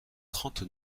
trente